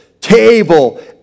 table